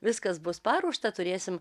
viskas bus paruošta turėsim